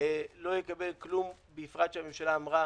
לא יקבל כלום, בפרט שהממשלה אמרה